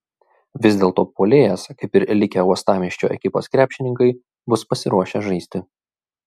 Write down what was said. vis dėlto puolėjas kaip ir likę uostamiesčio ekipos krepšininkai bus pasiruošę žaisti